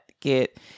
get